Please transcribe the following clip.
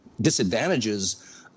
disadvantages